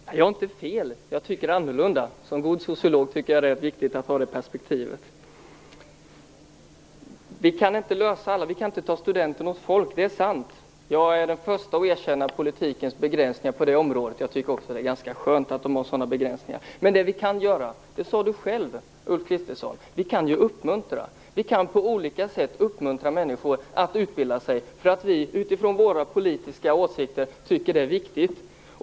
Herr talman! Jag har inte fel; jag tycker annorlunda. Som god sociolog tycker jag det är viktigt att ha det perspektivet. Det är sant att vi inte kan ta studenten åt folk. Jag är den första att erkänna politikens begränsningar på det området. Jag tycker också att det är ganska skönt att den har sådana begränsningar. Det vi kan göra - det sade Ulf Kristersson själv - är att uppmuntra. Vi kan på olika sätt uppmuntra människor att utbilda sig för att vi utifrån våra politiska åsikter tycker att det är viktigt.